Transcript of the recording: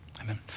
Amen